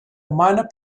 minor